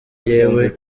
jyewe